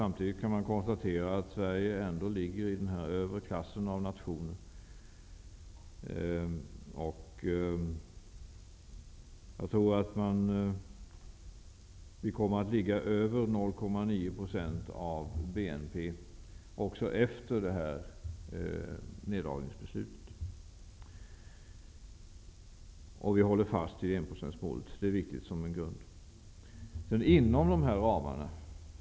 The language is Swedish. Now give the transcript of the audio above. Samtidigt kan man konstatera att Sverige ändå ligger i den övre klassen av nationer i fråga om bistånd. Jag tror att vi kommer att ligga över 0,9 % av BNP också efter det här neddragningsbeslutet. Vi håller också fast vid enprocentsmålet. Det är viktigt som grund.